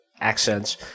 accents